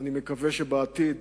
ואני מקווה שבעתיד